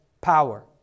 power